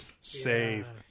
save